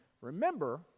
remember